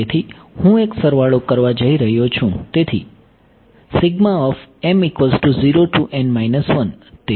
તેથી હું એક સરવાળો કરવા જઈ રહ્યો છું